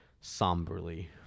somberly